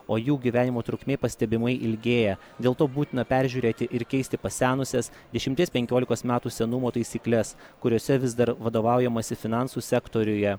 o jų gyvenimo trukmė pastebimai ilgėja dėl to būtina peržiūrėti ir keisti pasenusias dešimties penkiolikos metų senumo taisykles kuriose vis dar vadovaujamasi finansų sektoriuje